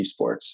eSports